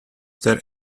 there